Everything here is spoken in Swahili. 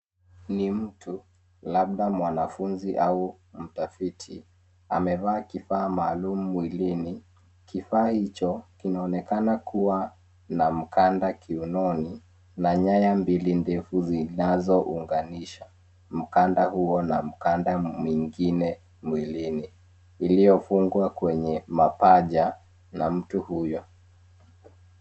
Ni mtu, labda mwanafunzi au mtafiti amevaa kifaa maalum mwilini. Kifaa hicho kinaonekana kuwa na mkanda kiunoni na nyaya mbili ndefu zinazounganisha mkanda huo na mkanda mwingine mwilini iliyofungwa kwenya mapaja na mtu huyo.